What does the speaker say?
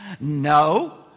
no